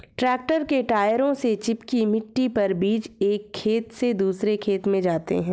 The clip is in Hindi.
ट्रैक्टर के टायरों से चिपकी मिट्टी पर बीज एक खेत से दूसरे खेत में जाते है